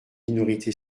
minorité